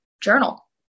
journal